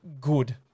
good